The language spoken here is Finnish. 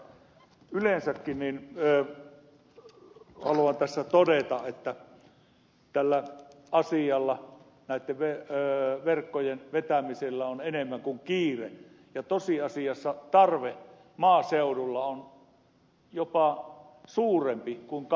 mutta yleensäkin haluan tässä todeta että tällä asialla näitten verkkojen vetämisellä on enemmän kuin kiire ja tosiasiassa tarve maaseudulla on jopa suurempi kuin kaupungeissa